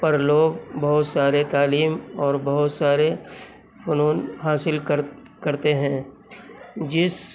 پر لوگ بہت سارے تعلیم اور بہت سارے فنون حاصل کر کرتے ہیں جس